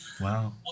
wow